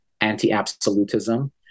anti-absolutism